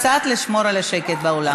קצת לשמור על השקט באולם.